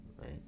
right